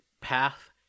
path